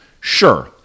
Sure